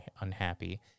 unhappy